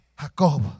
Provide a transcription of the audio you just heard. Jacob